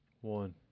One